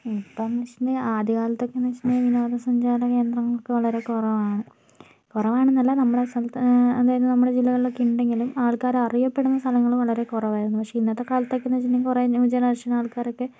ഇപ്പൊന്ന് വെച്ചിട്ടുണ്ടങ്കിൽ ആദ്യകാലത്തൊക്കെന്ന് വെച്ചിട്ടുണ്ടങ്കിൽ വിനോദസഞ്ചാരകേന്ദ്രങ്ങളൊക്കെ വളരെ കുറവാണ് കുറവാണെന്നല്ല നമ്മുടെ സ്ഥലത്ത് അതായത് നമ്മുടെ ജില്ലകളിലോക്കെണ്ടെങ്കിലും ആൾക്കാർ അറിയപ്പെടുന്ന സ്ഥലങ്ങൾ വളരെ കുറവായിരുന്നു പക്ഷേ ഇന്നത്തെ കാലത്തൊക്കെന്ന് വെച്ചിട്ടുണ്ടങ്കിൽ കുറെ ന്യൂ ജെനെറേഷൻ ആൾക്കാരൊക്കെ